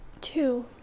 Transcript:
two